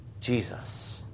Jesus